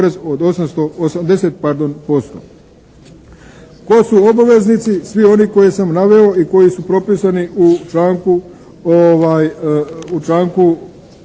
Tko su obaveznici? Svi oni koje sam naveo i koji su propisani u članku 1.